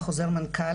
חוזר מנכ"ל